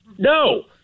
No